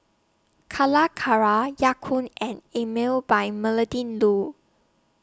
Calacara Ya Kun and Emel By Melinda Looi